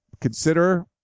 consider